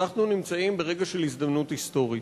אנחנו נמצאים ברגע של הזדמנות היסטורית.